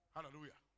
Hallelujah